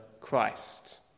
Christ